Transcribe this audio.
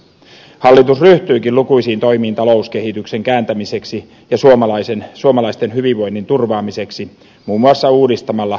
hallitus ryhtyikin lukuisiin toimiin talouskehityksen kääntämiseksi ja suomalaisten hyvinvoinnin turvaamiseksi muun muassa uudistamalla koulutusjärjestelmää